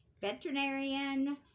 Veterinarian